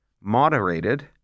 moderated